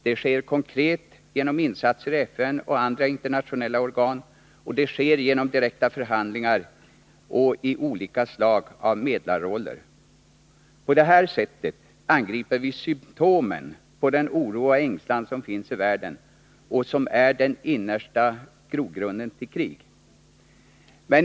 Det sker konkret genom insatser i FN och andra internationella organ, och det sker genom direkta förhandlingar och i olika slag av medlarroller. På detta sätt angriper vi symptomen på den oro och ängslan som finns i världen och som är den innersta grogrunden till krig.